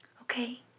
Okay